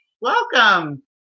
Welcome